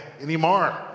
anymore